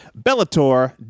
Bellator